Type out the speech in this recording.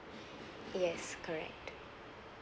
yes correct